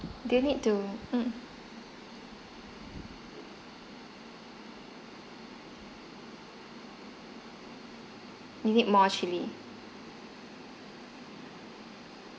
do you need to mm you need more chilli